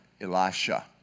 Elisha